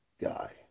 guy